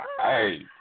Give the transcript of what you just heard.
Hey